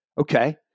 okay